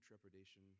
trepidation